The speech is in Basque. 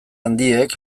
handiek